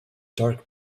dark